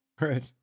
Right